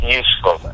useful